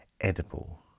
edible